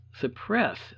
suppress